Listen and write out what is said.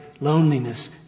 loneliness